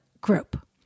group